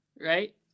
right